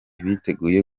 biteguye